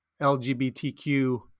lgbtq